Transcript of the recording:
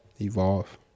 Evolve